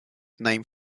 named